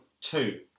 two